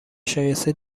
شایسته